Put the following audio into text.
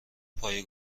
پایه